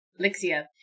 Lixia